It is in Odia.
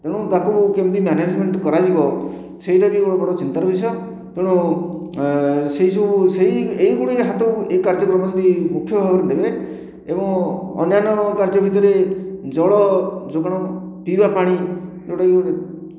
ତେଣୁ ତାକୁ କେମିତି ମ୍ୟାନେଜମେଣ୍ଟ କରାଯିବ ସେଇଟା ବି ଗୋଟିଏ ବଡ଼ ଚିନ୍ତାର ବିଷୟ ତେଣୁ ସେହି ସବୁ ସେହି ଏହି ଗୁଡ଼ିଏ ହାତ ଏହି କାର୍ଯ୍ୟକ୍ରମରେ ଯଦି ମୁଖ୍ୟ ଭାବରେ ନେବେ ଏବଂ ଅନ୍ୟାନ୍ୟ କାର୍ଯ୍ୟ ଭିତରେ ଜଳ ଯୋଗାଣ ପିଇବା ପାଣି ଯେଉଁଟା କି